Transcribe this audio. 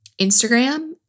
Instagram